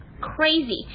crazy